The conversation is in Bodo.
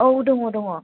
औ दङ दङ